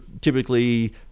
typically